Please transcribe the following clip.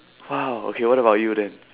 !wow! okay what about you then